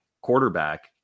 quarterback